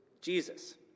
Jesus